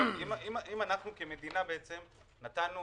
אם אנחנו כמדינה בעצם נתנו,